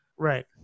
right